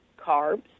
carbs